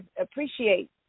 appreciate